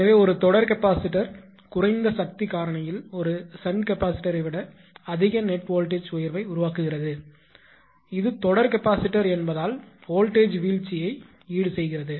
எனவே ஒரு தொடர் கெபாசிட்டர் குறைந்த சக்தி காரணியில் ஒரு ஷன்ட் கெபாசிட்டரை விட அதிக நெட் வோல்ட்டேஜ் உயர்வை உருவாக்குகிறது இது தொடர் கெபாசிட்டர் என்பதால் வோல்ட்டேஜ் வீழ்ச்சியை ஈடுசெய்கிறது